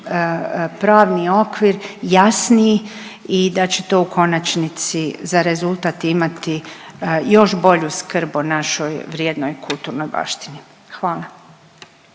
pravni okvir, jasniji i da će to u konačnici za rezultat imati još bolju skrb o našoj vrijednoj kulturnoj baštini. Hvala.